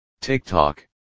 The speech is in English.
TIKTOK